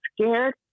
scared